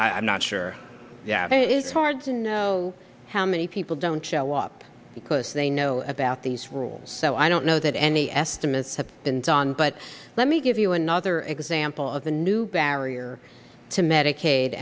policy i'm not sure yeah it's hard to know how many people don't show up because they know about these rules so i don't know that any estimates have been done but let me give you another example of the new barrier to medica